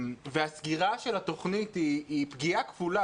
הסגירה של התוכנית היא פגיעה כפולה,